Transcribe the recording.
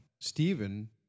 Stephen